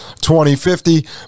2050